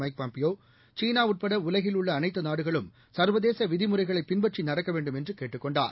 mic Pompeo சீனாஉட்படஉலகில் உள்ளஅனைத்துநாடுகளும் சர்வதேசவிதிமுறைகளைபின்பற்றிநடக்கவேண்டும் என்றுகேட்டுக் கொண்டார்